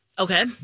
Okay